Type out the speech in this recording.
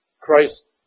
Christ